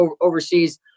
overseas